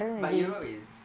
but europe is